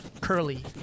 Curly